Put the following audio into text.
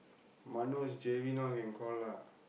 Manoj Javin all can call lah